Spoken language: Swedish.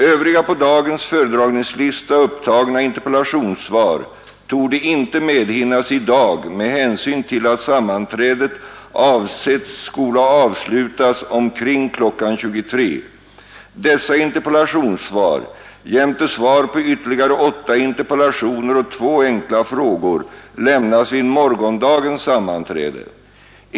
Övriga på dagens föredragningslista upptagna interpellationssvar torde inte medhinnas i dag med hänsyn till att sammanträdet avsetts skola avslutas omkring kl. 23.00. Dessa interpellationssvar jämte svar på ytterligare åtta interpellationer och två enkla frågor lämnas vid morgondagens sammanträde.